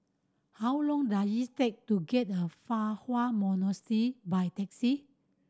how long does take to get the Fa Hua Monastery by taxi